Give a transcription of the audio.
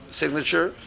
signature